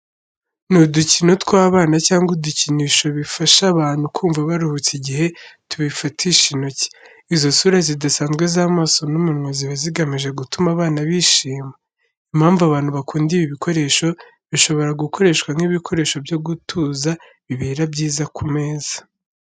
Ni udukino tw’abana cyangwa ibikinisho bifasha abantu kumva baruhutse igihe tubifatisha intoki. Izo sura zidasanzwe z'amaso n’umunwa ziba zigamije gutuma abana bishima. Impamvu abantu bakunda ibi bikoresho, bishobora gukoreshwa nk’ibikoresho byo gutuza bibera byiza ku meza.